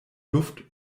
luft